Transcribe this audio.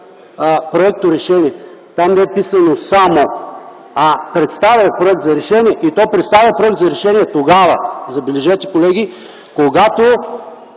проекторешение. Там не е записано „само”, а „представя проект за решение”, и то представя проект за решение тогава – забележете, колеги – когато